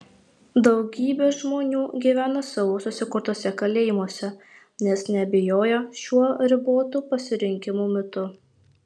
daugybė žmonių gyvena savo susikurtuose kalėjimuose nes neabejoja šiuo ribotų pasirinkimų mitu